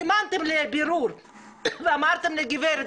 סימנתם לבירור ואמרתם לגברת: